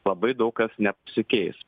labai daug kas nepasikeis